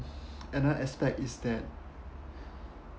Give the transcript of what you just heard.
another aspect is that